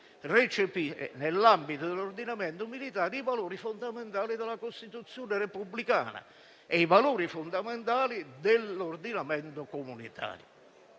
recepire, nell'ambito dell'ordinamento militare, i valori fondamentali della Costituzione repubblicana e i valori fondamentali dell'ordinamento comunitario.